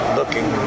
looking